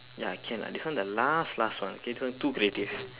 ya can ah this one the last last one okay this one too creative